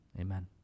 Amen